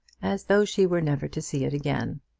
as though she were never to see it again.